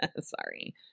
sorry